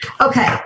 Okay